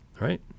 Right